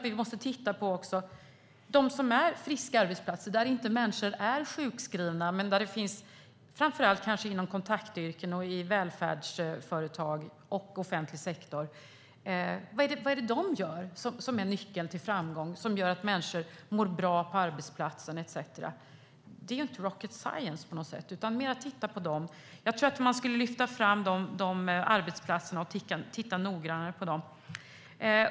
Vi måste nog titta på friska arbetsplatser där människor inte är sjukskrivna inom kontaktyrken, välfärdsföretag och offentlig sektor. Vad är det som de gör som är nyckeln till framgång och som gör att människor mår bra på sin arbetsplats? Det är ju inte rocket science på något sätt. Man borde lyfta fram dessa arbetsplatser och se noggrannare på dem.